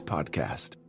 Podcast